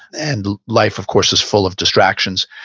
and life of course is full of distractions.